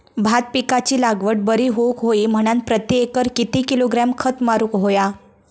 भात पिकाची लागवड बरी होऊक होई म्हणान प्रति एकर किती किलोग्रॅम खत मारुक होया?